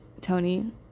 Tony